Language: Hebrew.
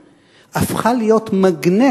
כשקראו לכיתה "כיתה מדעית",